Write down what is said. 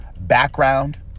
background